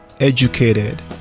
educated